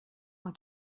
dans